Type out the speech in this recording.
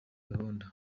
gahunda